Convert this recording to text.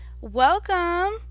welcome